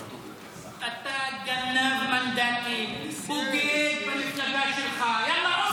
אתה גנב מנדטים, בוגד במפלגה שלך, יאללה עוף, עוף.